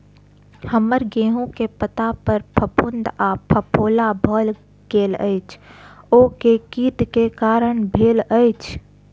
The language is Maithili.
हम्मर गेंहूँ केँ पत्ता पर फफूंद आ फफोला भऽ गेल अछि, ओ केँ कीट केँ कारण भेल अछि?